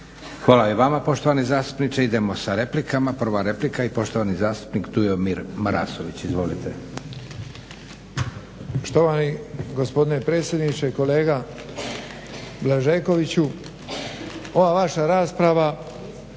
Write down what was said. Hvala i vama poštovani zastupniče. Idemo sa replikama. Prva replika i poštovani zastupnik Dujomir Marasović. Izvolite.